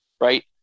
right